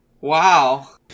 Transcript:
Wow